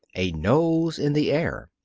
a nose in the air.